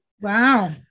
Wow